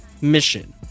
mission